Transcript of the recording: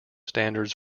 standards